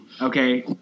okay